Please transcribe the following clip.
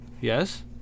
yes